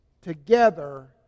together